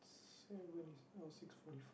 seven no six forty f~